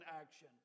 action